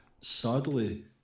sadly